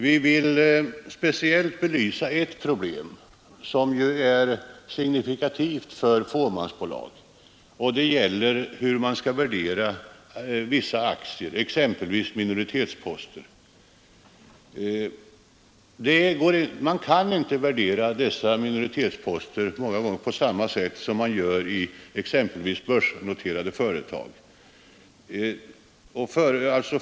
Vi vill speciellt belysa ett problem som är signifikativt för fåmansbolag, nämligen hur man skall värdera vissa aktier, exempelvis minoritetsposter. Man kan många gånger inte värdera dessa på samma sätt som man gör när det är fråga om börsnoterade företag.